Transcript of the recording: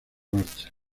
marcha